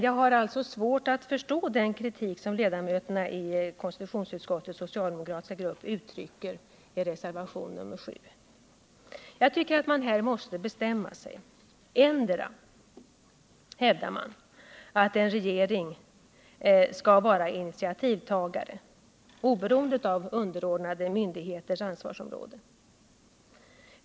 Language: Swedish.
Jag har alltså svårt att förstå den kritik som ledamöterna i konstitutionsutskottets socialdemokratiska grupp uttrycker i reservationen 7. Jag tycker man måste bestämma sig. Å ena sidan hävdar man att en regering skall vara initiativtagare oberoende av underordnade myndigheters ansvarsområden.